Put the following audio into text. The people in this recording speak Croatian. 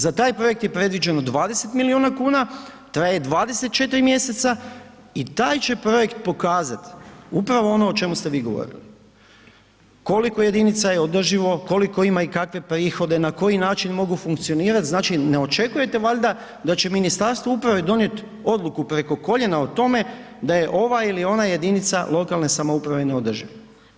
Za taj projekt je predviđeno 20 milijuna, traje 24 mj. i taj će projekt pokazat upravo ono o čemu ste vi govorili, koliko jedinica održivo, koliko ima i kakve prihode, na koji način mogu funkcionirat, znači ne očekujete valjda da će Ministarstvo uprave donijet odluku preko koljena o tome da je ova ili ona jedinica lokalne samouprave neodrživa.